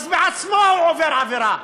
בעצמו הוא עובר עבירה.